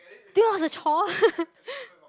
that was a chore